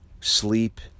sleep